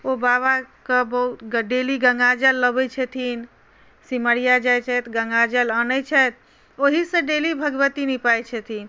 ओ बाबाके ओ डेली गङ्गा जल लबैत छथिन सिमरिया जाइत छथि गङ्गा जल अनैत छथि ओहीसँ डेली भगवती नीपाइत छथिन